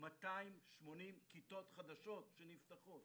280 כיתות חדשות שנפתחות.